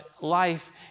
life